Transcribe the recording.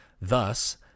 Thus